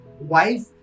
wife